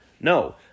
No